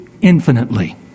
infinitely